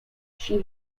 she